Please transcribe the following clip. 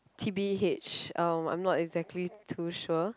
t_b_h um I'm not exactly too sure